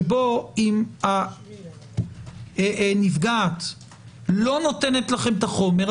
שאם נפגעת לא נותנת לכם את החומר,